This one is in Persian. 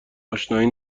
آشنایی